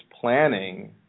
planning